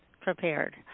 prepared